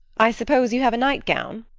i suppose you have a nightgown?